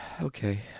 okay